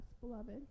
beloved